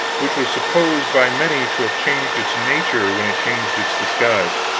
which was supposed by many to have changed its nature when it changed its disguise.